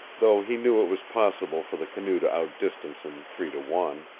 though he knew it was possible for the canoe to outdistance him three to one.